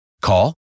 Call